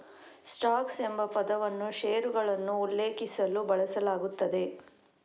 stocks ಎಂಬ ಪದವನ್ನು ಷೇರುಗಳನ್ನು ಉಲ್ಲೇಖಿಸಲು ಬಳಸಲಾಗುತ್ತದೆ